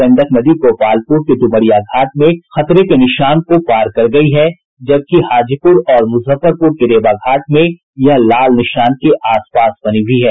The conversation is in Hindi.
गंडक नदी गोपालपुर के ड्मरिया घाट में खतरे के निशान को पार कर गयी है जबकि हाजीपुर और मुजफ्फरपुर के रेवा घाट में यह लाल निशान के आस पास बनी हुई है